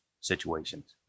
situations